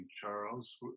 Charles